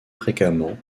fréquemment